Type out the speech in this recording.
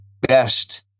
best